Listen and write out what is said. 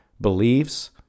believes